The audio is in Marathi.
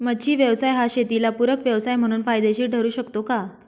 मच्छी व्यवसाय हा शेताला पूरक व्यवसाय म्हणून फायदेशीर ठरु शकतो का?